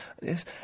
Yes